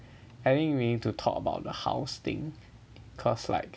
I think we need to talk about the house thing cause like